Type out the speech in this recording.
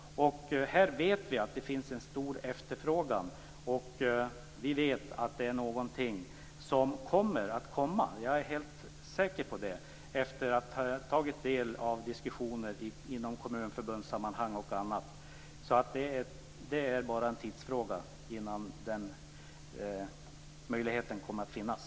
Här vet vi att det finns en stor efterfrågan och att det är någonting som kommer. Det är jag helt säker på efter att ha tagit del av diskussioner i bl.a. kommunförbundssammanhang. Det är bara en tidsfråga när den möjligheten kommer att finnas.